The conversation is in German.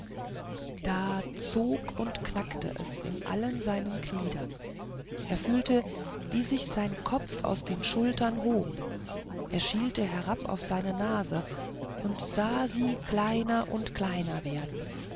da zog und knackte es in allen seinen gliedern er fühlte wie sich sein kopf aus den schultern hob er schielte herab auf seine nase und sah sie kleiner und kleiner werden